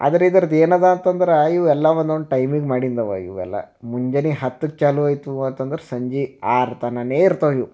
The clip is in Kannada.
ಆದ್ರ ಇದರ್ದು ಏನಿದೆ ಅಂತಂದ್ರೆ ಇವೆಲ್ಲ ಒಂದೊಂದು ಟೈಮಿಗೆ ಮಾಡಿದ್ದು ಇವೆ ಇವೆಲ್ಲ ಮುಂಜಾನೆ ಹತ್ತಕ್ಕೆ ಚಾಲೂ ಆಯ್ತು ಅಂತಂದ್ರೆ ಸಂಜೆ ಆರು ತನವೇ ಇರ್ತಾವೆ ಇವು